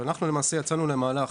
אנחנו יצאנו למהלך